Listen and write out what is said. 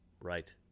Right